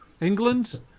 england